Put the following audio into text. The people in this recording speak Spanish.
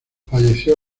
falleció